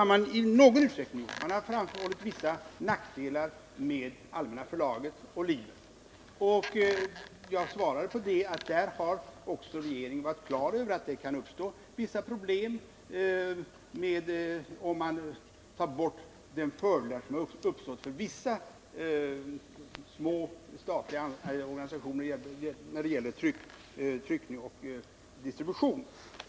Man har framhållit vissa nackdelar med att upphäva monopolställningen för Allmänna Förlaget och Liber, och jag svarar på det, att där har också regeringen varit klar över att det kan uppstå en del problem, om man tar bort de fördelar som uppstått för vissa små statliga organ när det gäller tryckning och distribution.